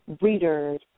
reader's